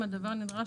אם הדבר נדרש,